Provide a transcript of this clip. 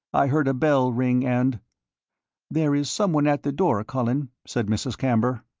i heard a bell ring, and there is someone at the door, colin, said mrs. camber.